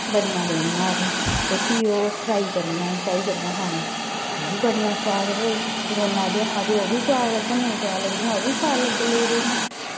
ब'ड़ियां देनियां असें ते फ्ही ओह् फ्राई करनियां चाई कन्नै खाने गी ओह् बी बड़ियां सोआद भाई करोना दे ऐ हा ओह् बी सोआद लग्गन नेईं सोआद लगदियां ओह् बी सोआद लग्गन लग्गी पेइयां